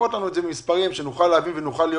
תפרוט לנו את זה במספרים כדי שנוכל להבין ולהיות